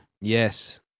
Yes